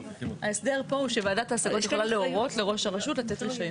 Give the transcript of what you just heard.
ההסדר פה הוא שוועדת ההשגות יכולה להורות לראש הרשות לתת רישיון.